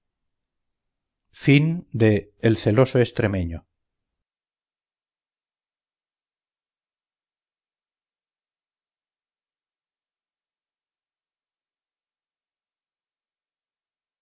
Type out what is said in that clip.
de la sangre el celoso extremeño